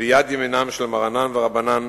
ויד ימינם של מרנן ורבנן,